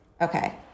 Okay